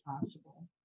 possible